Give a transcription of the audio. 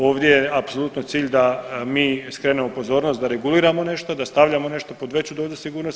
Ovdje je apsolutno cilj da mi skrenemo pozornost da reguliramo nešto, da stavljamo nešto pod veću dozu sigurnosti.